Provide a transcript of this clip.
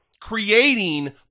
creating